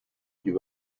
qu’il